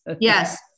yes